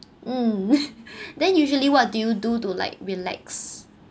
mm then usually what do you do to like relax